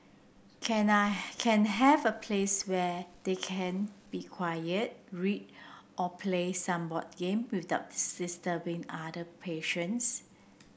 can I can have a place where they can be quiet read or play some board game without disturbing other patients